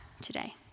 today